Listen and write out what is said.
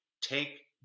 Take